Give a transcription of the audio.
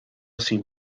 sin